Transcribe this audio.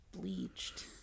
bleached